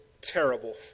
terrible